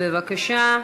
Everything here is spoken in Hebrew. בבקשה,